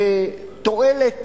לתועלת